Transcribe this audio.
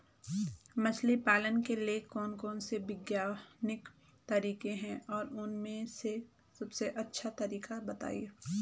मछली पालन के लिए कौन कौन से वैज्ञानिक तरीके हैं और उन में से सबसे अच्छा तरीका बतायें?